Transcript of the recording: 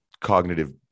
cognitive